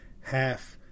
half